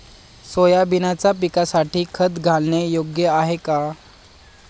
सोयाबीनच्या पिकासाठी खत घालणे योग्य आहे का?